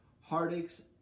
heartaches